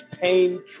pain